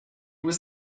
was